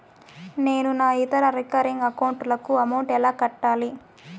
నేను నా ఇతర రికరింగ్ అకౌంట్ లకు అమౌంట్ ఎలా కట్టాలి?